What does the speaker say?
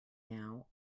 now